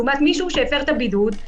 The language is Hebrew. לעומת מישהו שהפר את הבידוד,